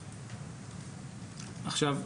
עכשיו,